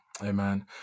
Amen